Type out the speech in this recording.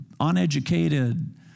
uneducated